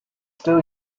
still